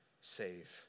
save